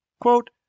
Quote